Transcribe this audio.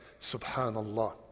subhanallah